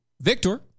Victor